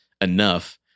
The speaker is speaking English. enough